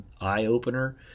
eye-opener